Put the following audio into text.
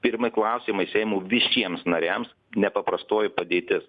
pirmi klausimai seimo visiems nariams nepaprastoji padėtis